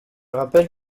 rappelle